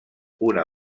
una